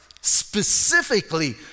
specifically